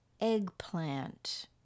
eggplant